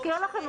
להזכיר לכם,